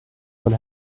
von